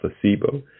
placebo